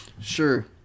Sure